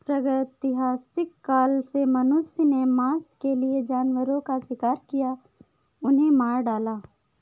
प्रागैतिहासिक काल से मनुष्य ने मांस के लिए जानवरों का शिकार किया, उन्हें मार डाला